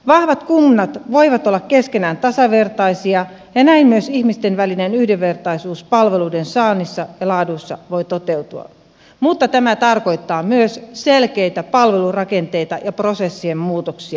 vahvat kunnat voivat olla keskenään tasavertaisia ja näin myös ihmisten välinen yhdenvertaisuus palveluiden saannissa ja laadussa voi toteutua mutta tämä tarkoittaa myös selkeitä palvelurakenteita ja prosessien muutoksia